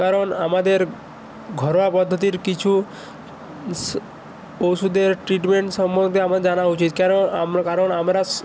কারণ আমাদের ঘরোয়া পদ্ধতির কিছু স ওষুধের ট্রিটমেন্ট সম্বন্ধে আমার জানা উচিত কেন আমরা কারণ আমরা